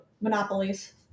monopolies